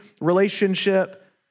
relationship